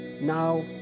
Now